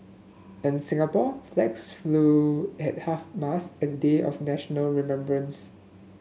in Singapore flags flew at half mast an day of national remembrance